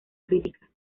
crítica